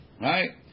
right